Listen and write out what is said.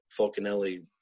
Falconelli